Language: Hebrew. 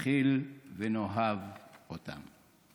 נכיל ונאהב אותם.